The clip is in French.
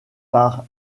par